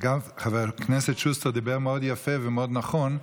אגב, חבר הכנסת שוסטר דיבר מאוד יפה ומאוד נכון.